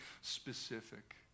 specific